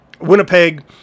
Winnipeg